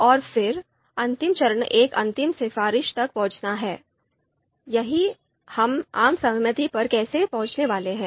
और फिर अंतिम चरण एक अंतिम सिफारिश तक पहुंचना है यानी हम आम सहमति पर कैसे पहुंचने वाले हैं